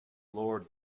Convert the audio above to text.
lord